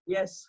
Yes